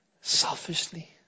selfishly